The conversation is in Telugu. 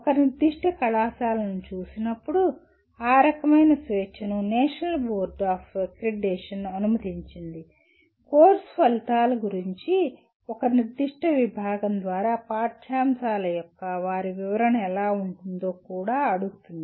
ఒక నిర్దిష్ట కళాశాలను చూసినప్పుడు ఆ రకమైన స్వేచ్ఛను నేషనల్ బోర్డ్ ఆఫ్ అక్రిడిటేషన్ అనుమతించింది కోర్సు ఫలితాల గురించి ఒక నిర్దిష్ట విభాగం ద్వారా పాఠ్యాంశాల యొక్క వారి వివరణ ఎలా ఉంటుందో కూడా అడుగుతుంది